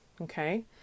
okay